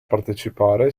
partecipare